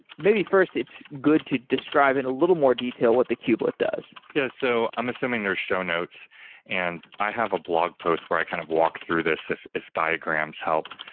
maybe first it's good to describe in a little more detail what the kubelet does yes, so i'm assuming they're show notes and i have a blog post where i kind of walk through this, if if diagrams help.